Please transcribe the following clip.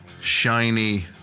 shiny